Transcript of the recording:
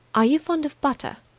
are you fond of butter?